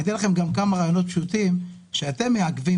אתן לכם כמה רעיונות פשוטים שאתם הפקידים מעכבים